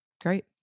great